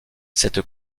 cette